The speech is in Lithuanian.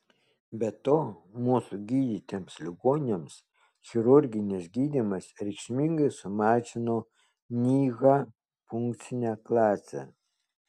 be to mūsų gydytiems ligoniams chirurginis gydymas reikšmingai sumažino nyha funkcinę klasę